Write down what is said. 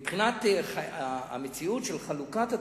מבחינת המציאות של חלוקת התקציב,